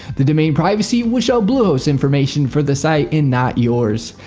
the domain privacy will show bluehost's information for the site and not yours.